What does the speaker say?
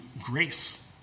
grace